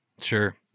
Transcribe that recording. Sure